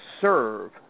serve